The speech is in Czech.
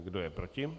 Kdo je proti?